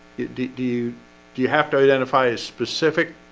do do you do you have to identify a specific?